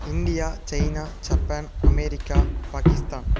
India China Japan America Pakistan